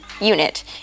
unit